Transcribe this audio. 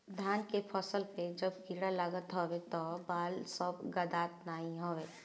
धान के फसल पअ जब कीड़ा लागत हवे तअ बाल सब गदात नाइ हवे